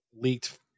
leaked